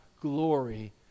glory